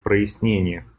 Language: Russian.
прояснениях